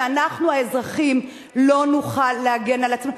ואנחנו האזרחים לא נוכל להגן על עצמנו.